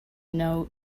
know